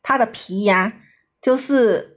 他的皮 ah 就是